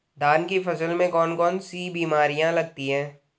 धान की फसल में कौन कौन सी बीमारियां लगती हैं?